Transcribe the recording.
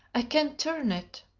i can't turn it!